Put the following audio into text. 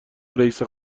رییس